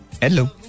Hello